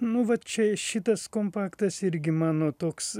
nu vat čia šitas kompaktas irgi mano toks